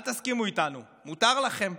אל תסכימו איתנו, מותר לכם.